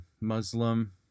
Muslim